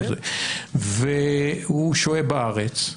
והוא שוהה בארץ,